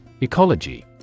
Ecology